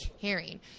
caring